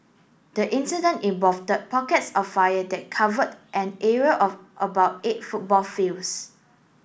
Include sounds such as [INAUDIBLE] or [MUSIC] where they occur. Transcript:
the incident involved [UNINTELLIGIBLE] pockets of fire that covered an area of about eight football fields